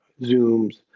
Zooms